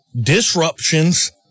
disruptions